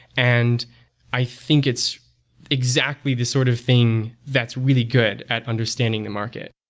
and i think it's exactly this sort of thing that's really good at understanding the market.